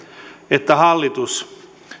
että hallitus